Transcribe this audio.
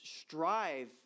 strive